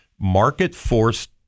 market-forced